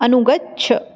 अनुगच्छ